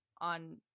on